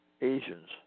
Asians